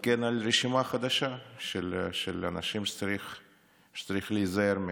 נתעדכן על רשימה חדשה של אנשים שצריך להיזהר מהם.